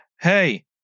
hey